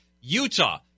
Utah